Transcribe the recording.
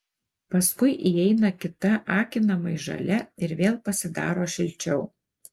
paskui įeina kita akinamai žalia ir vėl pasidaro šilčiau